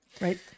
Right